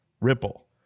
ripple